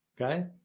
Okay